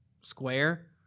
square